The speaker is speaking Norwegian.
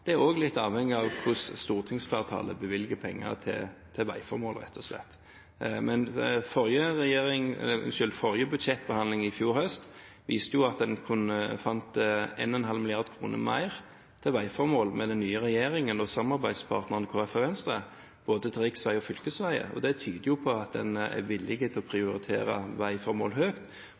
Det er også litt avhengig av hvordan stortingsflertallet bevilger penger til veiformål, rett og slett. Budsjettbehandlingen i fjor høst viste at en fant 1,5 mrd. kr mer til veiformål med den nye regjeringen og samarbeidspartnerne, Kristelig Folkeparti og Venstre, både til riksveier og fylkesveier. Det tyder på at en er villig til å prioritere veiformål